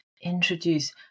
introduce